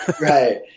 Right